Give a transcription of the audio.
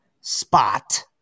Spot